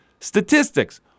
statistics